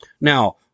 Now